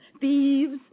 thieves